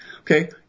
Okay